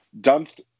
Dunst